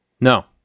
No